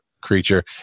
creature